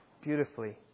beautifully